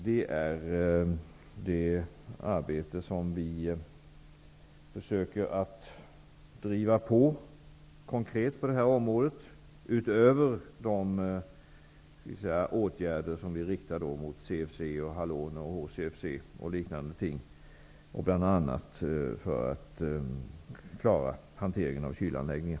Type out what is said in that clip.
Det är det arbete som vi konkret försöker att driva på, utöver de åtgärder som vi riktar mot CFC, haloner, HCFC och för att bl.a. klara hanteringen av kylanläggningar.